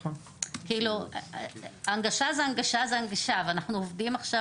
כאילו הנגשה זה הנגשה זה הנגשה ואנחנו עובדים עכשיו